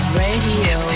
radio